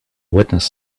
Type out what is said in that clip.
witness